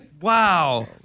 Wow